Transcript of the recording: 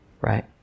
right